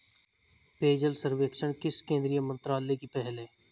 पेयजल सर्वेक्षण किस केंद्रीय मंत्रालय की पहल है?